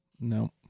no